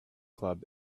club